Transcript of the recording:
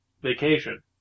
Vacation